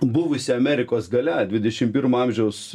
buvusi amerikos galia dvidešim pirmo amžiaus